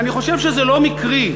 ואני חושב שזה לא מקרי,